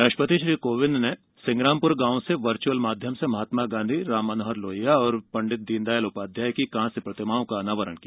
राष्ट्रपति श्री कोविंद ने सिंग्रामपुर गांव से वर्चुअल माध्यम से महात्मा गांधी राममनोहर लोहिया और पंडित दीनदयाल उपाध्याय की कांस्य प्रतिमाओं का अनावरण किया